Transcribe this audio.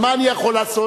אבל מה אני יכול לעשות,